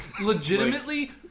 legitimately